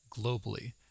globally